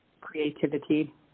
creativity